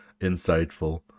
insightful